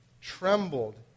trembled